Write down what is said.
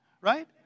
right